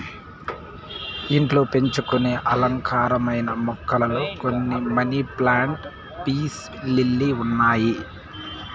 ఇంట్లో పెంచుకొనే అలంకారమైన మొక్కలలో కొన్ని మనీ ప్లాంట్, పీస్ లిల్లీ ఉన్నాయి